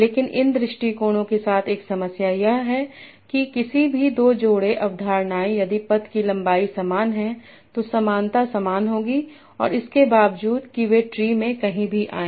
लेकिन इन दृष्टिकोणों के साथ एक समस्या यह है कि किसी भी दो जोड़े अवधारणाएं यदि पथ की लंबाई समान है तो समानता समान होगी इसके बावजूद की वे ट्री में कहीं भी आए